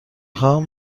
خواهم